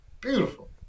beautiful